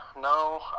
No